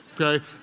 Okay